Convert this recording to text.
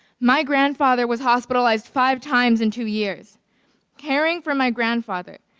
my grandfather was hospitalized five times in two years caring for my grandfather,